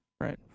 Right